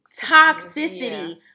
Toxicity